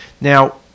Now